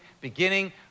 beginning